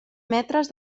metres